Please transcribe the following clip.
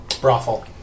brothel